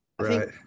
right